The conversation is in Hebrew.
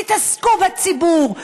תתעסקו בציבור.